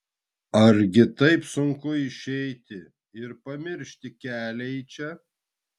argi taip sunku išeiti ir pamiršti kelią į čia